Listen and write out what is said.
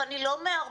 ואני לא מערבבת,